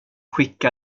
skicka